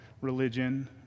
religion